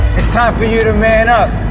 it's time for you to man up,